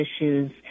issues